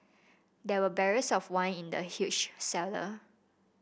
there were barrels of wine in the huge cellar